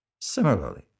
Similarly